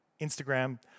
Instagram